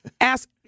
Ask